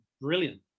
brilliant